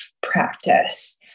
practice